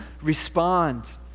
respond